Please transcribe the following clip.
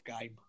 game